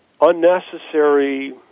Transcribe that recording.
unnecessary